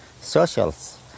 socials